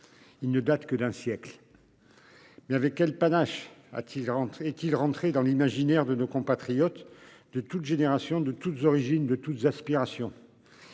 Il ne date que d'un siècle. Mais avec quel panache a-t-il et qu'il rentré dans l'imaginaire de nos compatriotes de toutes générations, de toutes origines, de toute aspiration.